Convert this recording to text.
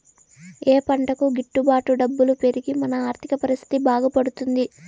ఏ పంటకు గిట్టు బాటు డబ్బులు పెరిగి మన ఆర్థిక పరిస్థితి బాగుపడుతుంది?